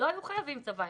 לא היו חייבים צבא.